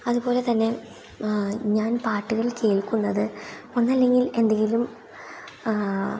അതുപോലെ തന്നെ ഞാൻ പാട്ടുകൾ കേൾക്കുന്നത് ഒന്നല്ലെങ്കിൽ എന്തെങ്കിലും